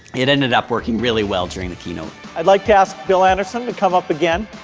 it ended up working really well during the keynote. i'd like to ask bill anderson to come up again.